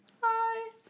Hi